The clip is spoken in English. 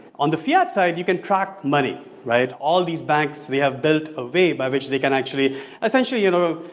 on the fiat side, you can track money right? all this banks, they have built a way by which they can actually essentially you know,